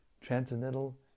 transcendental